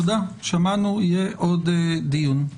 שמענו, יהיה עוד דיון.